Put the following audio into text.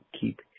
Keep